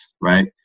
right